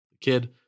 kid